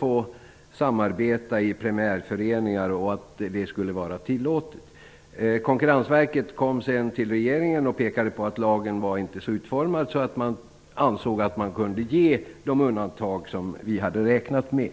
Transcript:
att samarbeta i primärföreningar. Konkurrensverket kom sedan till regeringen och pekade på att lagen inte var så utformad att man ansåg att de undantag kunde göras som vi hade räknat med.